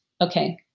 Okay